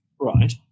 Right